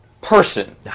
person